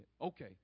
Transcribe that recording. Okay